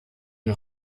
den